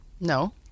No